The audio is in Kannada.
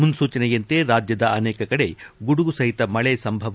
ಮುನ್ನೂಚನೆಯಂತೆ ರಾಜ್ಯದ ಅನೇಕ ಕಡೆ ಗುಡುಗು ಸಹಿತ ಮಳೆ ಸಂಭವ